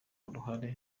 uruhare